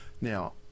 now